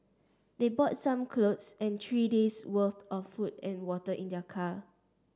they brought some clothes and three days worth of food and water in their car